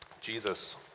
Jesus